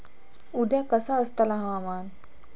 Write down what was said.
उद्या कसा आसतला हवामान?